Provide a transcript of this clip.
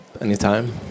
anytime